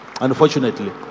unfortunately